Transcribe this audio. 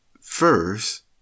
first